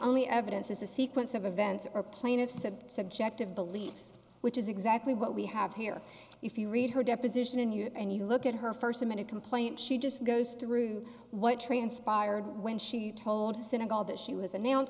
only evidence is a sequence of events or plaintiffs a subjective beliefs which is exactly what we have here if you read her deposition in you and you look at her first minute complaint she just goes through what transpired when she told her synagogue that she was announc